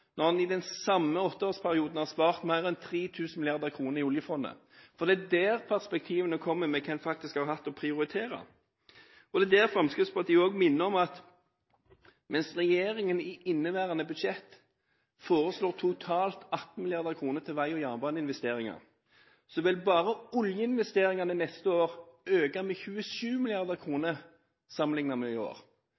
når man i den samme åtteårsperioden har spart mer enn 3 000 mrd. kr i oljefondet? Det er der perspektivene kommer inn, for man må jo se på hva man har hatt å prioritere. Fremskrittspartiet vil minne om at mens regjeringen i inneværende budsjett foreslår totalt 18 mrd. kr til jernbane- og veiinvesteringer, vil bare oljeinvesteringene neste år øke med 27